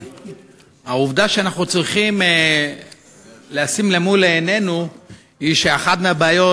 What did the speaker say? העובדה שאנחנו צריכים לשים למול עינינו היא שאחת הבעיות